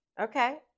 Okay